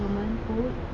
german food